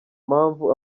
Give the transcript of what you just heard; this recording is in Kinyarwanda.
mpamvu